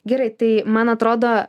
gerai tai man atrodo